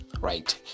right